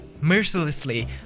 mercilessly